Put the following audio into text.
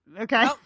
okay